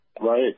Right